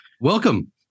welcome